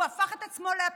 הוא הפך את עצמו לאפידמיולוג,